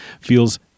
Feels